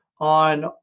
on